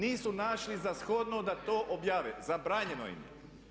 Nisu našli za shodno da to objave, zabranjeno im je.